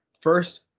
first